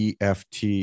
EFT